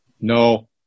No